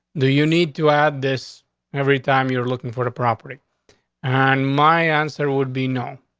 do you need to add this every time you're looking for the property on, my answer would be no.